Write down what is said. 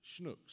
Schnook's